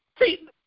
See